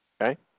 okay